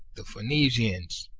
the phoenicians,